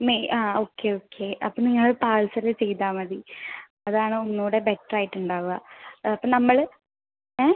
May ആ okay okay അപ്പോൾ നിങ്ങൾ പാർസല് ചെയ്താൽ മതി അതാണ് ഒന്നൂടെ ബെറ്ററായിട്ടുണ്ടാവാ അപ്പോൾ നമ്മൾ ങേ